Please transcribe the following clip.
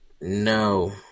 No